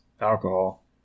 alcohol